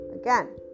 Again